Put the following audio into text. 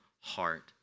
heart